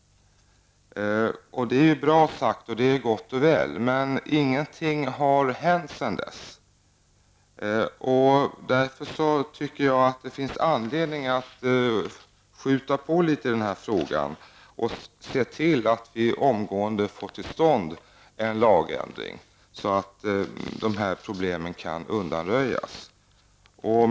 Det är bra sagt, och det är gott och väl. Inget har dock hänt sedan dess. Jag tycker därför att det finns anledning att skjuta på litet i den här frågan och se till att vi omgående får till stånd en lagändring så att dessa problem kan undanröjas.